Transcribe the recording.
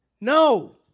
no